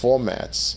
Formats